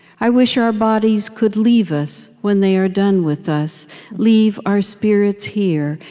i wish our bodies could leave us when they are done with us leave our spirits here,